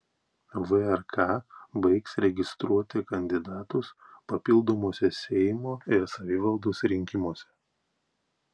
vrk baigs registruoti kandidatus papildomuose seimo ir savivaldos rinkimuose